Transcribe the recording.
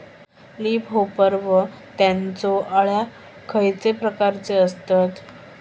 Leaf hopper व त्यानचो अळ्या खैचे रंगाचे असतत?